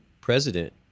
president